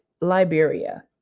Liberia